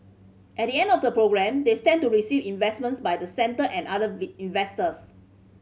at the end of the programme they stand to receive investments by the centre and other investors